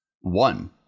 one